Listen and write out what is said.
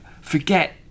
forget